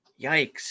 Yikes